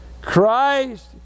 Christ